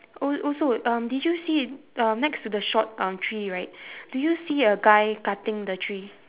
oh also um did you see um next to the short um tree right do you see a guy cutting the tree